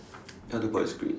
ya the board is green